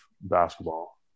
basketball